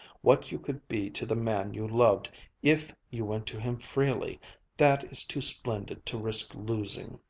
what you could be to the man you loved if you went to him freely that is too splendid to risk losing.